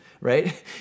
right